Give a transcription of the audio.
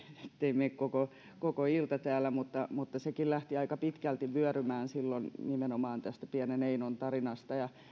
ettei mene koko ilta täällä sekin lähti aika pitkälti vyörymään silloin nimenomaan tästä pienen einon tarinasta